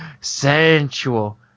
sensual